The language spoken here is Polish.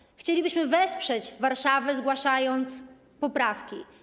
Dlatego chcielibyśmy wesprzeć Warszawę, zgłaszając poprawki.